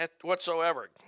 whatsoever